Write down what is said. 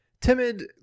timid